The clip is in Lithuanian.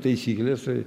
taisyklės tai